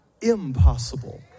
impossible